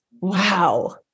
Wow